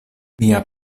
mia